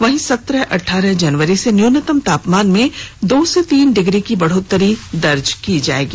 वहीं सत्रह अठारह जनवरी से न्यूनतम तापमान में दो से तीन डिग्री की बढ़ोतरी दर्ज की जाएगी